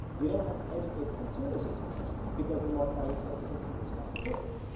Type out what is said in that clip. you don't have to educate the consumers as much because the mark already tells the consumers about the goods.